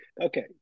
Okay